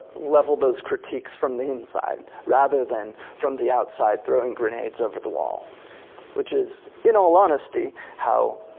level those critiques from the inside, rather than from the outside throwing grenades over the wall which is in all honesty how